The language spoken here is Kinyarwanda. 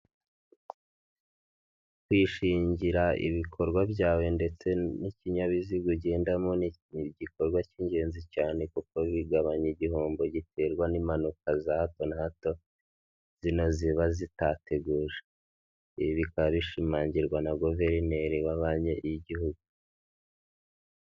Kwishingira ibikorwa byawe ndetse n'ikinyabiziga ugendamo, ni igikorwa cy'ingenzi cyane kuko bigabanya igihombo giterwa n'impanuka za hato na hato zino ziba zitateguje, ibi bikaba bishimangirwa na guverineri wa banki y'igihugu